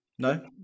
No